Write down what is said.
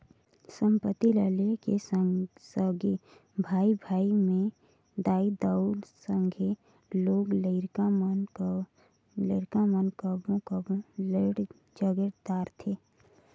संपत्ति ल लेके सगे भाई भाई में दाई दाऊ, संघे लोग लरिका मन कभों कभों लइड़ झगेर धारथें